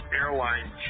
Airline